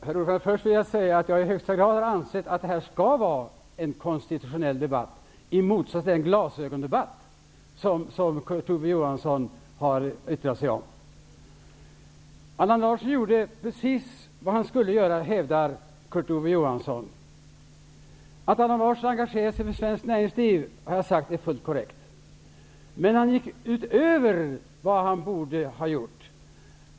Herr talman! Först vill jag säga att jag i högsta grad anser att det här skall vara en konstitutionell debatt, inte den glasögondebatt som Kurt Ove Johansson har försökt göra den till. Allan Larsson gjorde precis vad han skulle göra, hävdar Kurt Ove Johansson. Att Allan Larsson engagerat sig för svenskt näringsliv är, har jag sagt, fullt korrekt. Men han gick utöver vad han borde ha gjort.